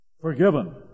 Forgiven